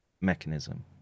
mechanism